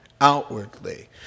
outwardly